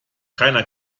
keiner